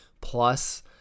plus